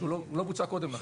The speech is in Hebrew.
שלא בוצע קודם לכן.